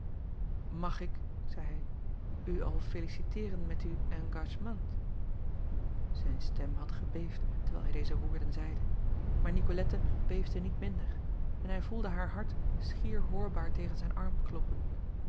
ag ik zeî hij u al feliciteeren met uw engagement ijn stem had gebeefd terwijl hij deze woorden zeide maar icolette beefde niet minder en hij voelde haar hart schier hoorbaar tegen zijn arm kloppen